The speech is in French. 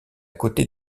côté